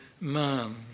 man